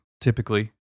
typically